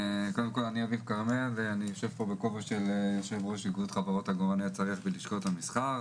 אביב כרמל ואני יושב פה בכובע של יו"ר איגוד עגורני הצריח בלשכת המסחר.